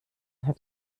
hat